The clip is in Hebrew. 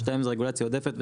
שתיים זה רגולציה עודפת,